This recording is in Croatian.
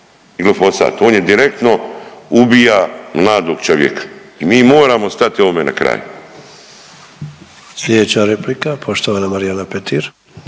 glifosat. On je direktno ubija mladog čovjeka. I mi moramo stati ovome na kraj.